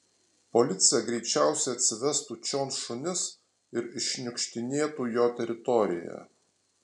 policija greičiausiai atsivestų čion šunis ir iššniukštinėtų jo teritoriją